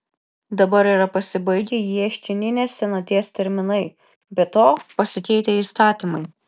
dabar yra pasibaigę ieškininės senaties terminai be to pasikeitę įstatymai